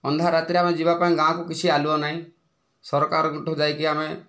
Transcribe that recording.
ଅନ୍ଧାର ରାତିରେ ଆମେ ଯିବାପାଇଁ ଗାଁକୁ କିଛି ଆଲୁଅ ନାହିଁ ସରକାରଙ୍କଠୁ ଯାଇକି ଆମେ